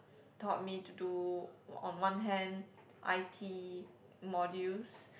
taught me to do on one hand i_t modules